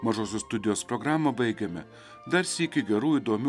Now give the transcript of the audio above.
mažosios studijos programą baigėme dar sykį gerų įdomių